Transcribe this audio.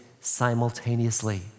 simultaneously